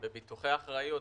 בביטוחי אחריות.